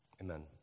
Amen